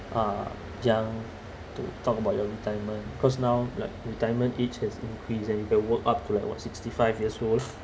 uh young to talk about your retirement cause now like retirement age has increase you can work up to like what sixty five years old